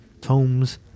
tomes